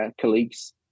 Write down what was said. colleagues